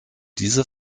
diese